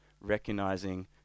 recognizing